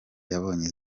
yabonye